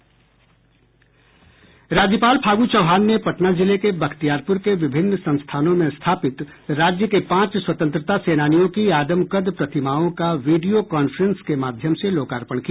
राज्यपाल फागू चौहान ने पटना जिले के बख्तियारपूर के विभिन्न संस्थानों में स्थापित राज्य के पांच स्वतंत्रता सेनानियों की आदमकद प्रतिमाओं का वीडियो कॉफ्रेंसिंग के माध्यम से लोकार्पण किया